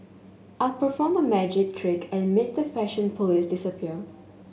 I'll perform a magic trick and make the fashion police disappear